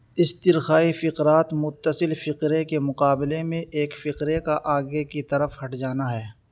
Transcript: استرخائے فقرات متصل فقرے کے مقابلے میں ایک فقرے کا آگے کی طرف ہٹ جانا ہے